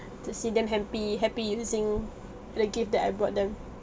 to see them happy happy using the gift that I bought them